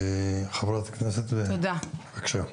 חברת הכנסת מיכל וולדיגר, בבקשה.